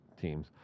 teams